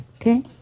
Okay